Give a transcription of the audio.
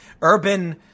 urban